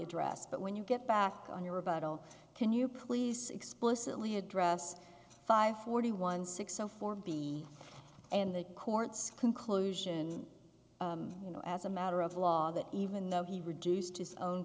addressed but when you get back on your rebuttal can you please explicitly address five forty one six zero four b and the court's conclusion you know as a matter of law that even though he reduced his own